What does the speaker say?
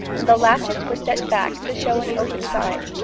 and the latchets were set back to show an open side.